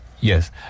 Yes